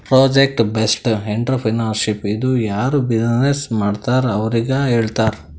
project based entrepreneurship ಇದು ಯಾರು business ಮಾಡ್ತಾರ್ ಅವ್ರಿಗ ಹೇಳ್ತಾರ್